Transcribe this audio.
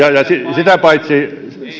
sitä paitsi